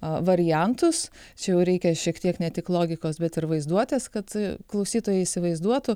variantus čia jau reikia šiek tiek ne tik logikos bet ir vaizduotės kad klausytojai įsivaizduotų